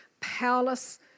powerless